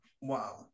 Wow